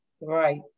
Right